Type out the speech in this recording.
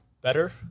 better